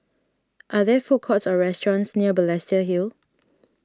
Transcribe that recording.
are there food courts or restaurants near Balestier Hill